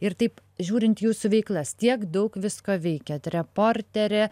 ir taip žiūrint jūsų veiklas tiek daug visko veikiat reporterė